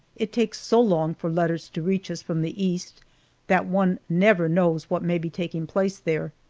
it takes so long for letters to reach us from the east that one never knows what may be taking place there.